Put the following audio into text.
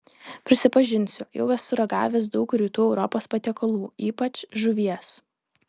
prisipažinsiu jau esu ragavęs daug rytų europos patiekalų ypač žuvies